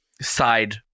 side